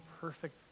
perfect